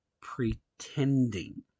pretending